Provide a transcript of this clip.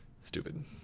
Stupid